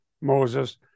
Moses